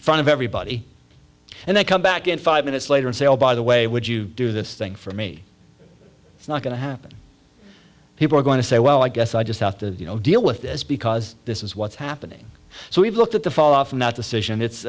front of everybody and then come back in five minutes later and say oh by the way would you do this thing for me it's not going to happen people are going to say well i guess i just have to deal with this because this is what's happening so we've looked at the fall off not decision it's